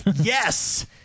yes